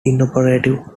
inoperative